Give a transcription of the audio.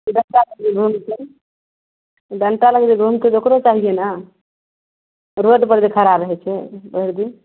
डन्टा लैके जे घुमतै छै डन्टा लैके जे घुमतै ओकरो चाहिए ने रोडपर जे खड़ा रहै छै भरिदिन